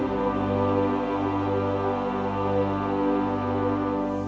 oh